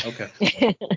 Okay